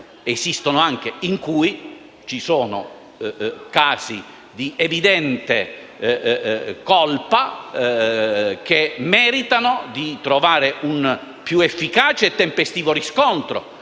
esistono anche casi di evidente colpa che meritano di trovare un più efficace e tempestivo riscontro